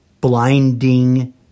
blinding